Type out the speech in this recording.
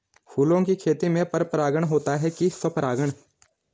फूलों की खेती में पर परागण होता है कि स्वपरागण?